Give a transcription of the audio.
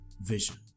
vision